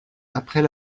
après